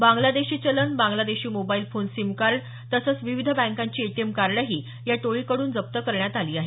बांग्लादेशी चलन Bangladeshi mobile phone SIM card तसंच विविध बँकांची एटीएमकार्ड ही या टोळीकड्रन जप्त करण्यात आल आहे